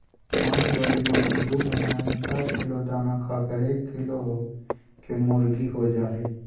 मांस वाली मुर्गी दू महीना में चार किलो दाना खाकर एक किलो केमुर्गीहो जा हइ